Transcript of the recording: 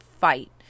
fight